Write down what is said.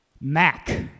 Mac